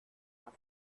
not